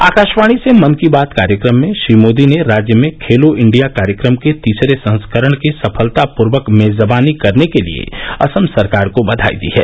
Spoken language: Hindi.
आकाशवाणी से मन की बात कार्यक्रम में श्री मोदी ने राज्य में खेलो इंडिया कार्यक्रम के तीसरे संस्करण की सफलतापूर्वक मेजबानी करने के लिए असम सरकार को बधाई दी है